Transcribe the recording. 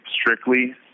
strictly